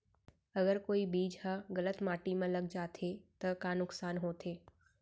अगर कोई बीज ह गलत माटी म लग जाथे त का नुकसान होथे?